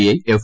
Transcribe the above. I F